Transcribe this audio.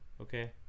okay